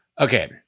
Okay